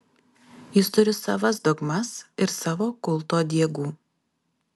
jis turi savas dogmas ir savo kulto diegų